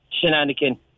shenanigan